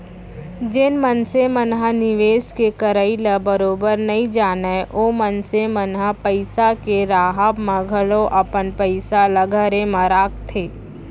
जेन मनसे मन ह निवेस के करई ल बरोबर नइ जानय ओ मनसे मन ह पइसा के राहब म घलौ अपन पइसा ल घरे म राखथे